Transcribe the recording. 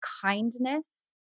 kindness